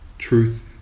Truth